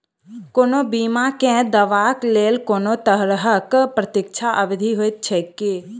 कोनो बीमा केँ दावाक लेल कोनों तरहक प्रतीक्षा अवधि होइत छैक की?